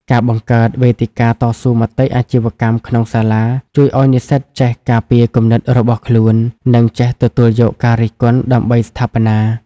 ការបង្កើត "វេទិកាតស៊ូមតិអាជីវកម្ម" ក្នុងសាលា ជួយឱ្យនិស្សិតចេះការពារគំនិតរបស់ខ្លួន និងចេះទទួលយកការរិះគន់ដើម្បីស្ថាបនា។